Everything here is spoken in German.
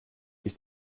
ist